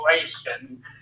situations